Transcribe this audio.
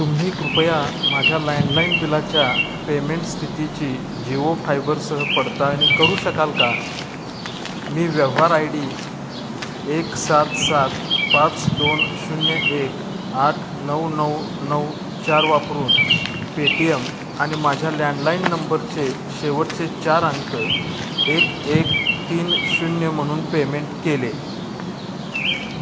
तुम्ही कृपया माझ्या लँडलाईन बिलाच्या पेमेंट स्थितीची जिओ फायबरसह पडताळणी करू शकाल का मी व्यवहार आयडी एक सात सात पाच दोन शून्य एक आठ नऊ नऊ नऊ चार वापरून पेटीएम आणि माझ्या लँडलाईन नंबरचे शेवटचे चार अंक एक एक तीन शून्य म्हणून पेमेंट केले